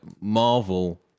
Marvel